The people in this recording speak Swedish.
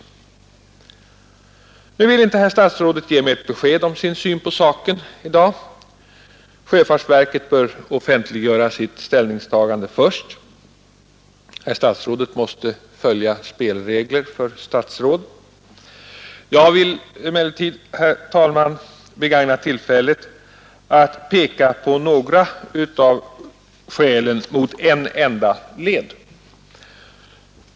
Nu vill inte herr statsrådet ge mig ett besked om sin syn på saken i dag. Sjöfartsverket bör offentliggöra sitt ställningstagande först. Herr statsrådet måste följa spelreglerna för statsråd. Jag vill emellertid, herr talman, begagna tillfället att peka på några av skälen mot en enda led.